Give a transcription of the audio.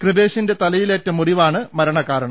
കൃപേഷിന്റെ തലയിലേറ്റ മുറിവാണ് മരണകാരണം